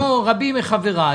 רבים מחבריי,